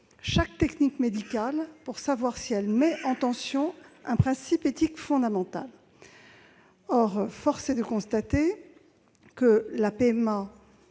chaque technique médicale, pour savoir si elle met en tension un principe éthique fondamental. Or force est de constater que la PMA